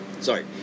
Sorry